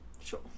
Sure